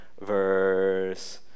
verse